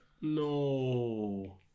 No